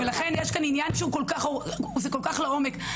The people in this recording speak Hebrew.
ולכן, יש כאן עניין שהוא כול כך לעומק.